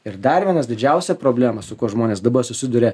ir dar vienas didžiausia problema su kuo žmonės dabar susiduria